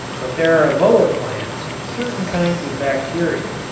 but there are lower plants, certain kinds of bacteria,